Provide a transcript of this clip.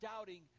doubting